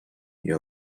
you